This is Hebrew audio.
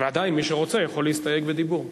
ועדיין, מי שרוצה יכול להסתייג בדיבור.